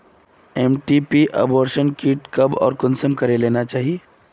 MTP abortion kit कब आर consume करे लेना चही?